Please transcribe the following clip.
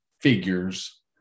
figures